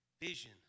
vision